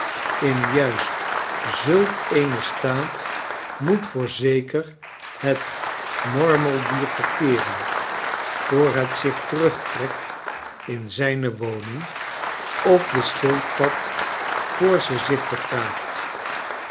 in juist zulk een staat moet voorzeker het mormeldier verkeeren voor het zich terugtrekt in zijne woning of de schildpad voor ze zich begraaft